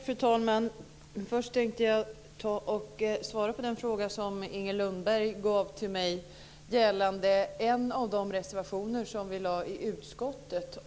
Fru talman! Först vill jag svara på den fråga som Inger Lundberg ställde till mig angående en av de reservationer som vi lade i utskottet.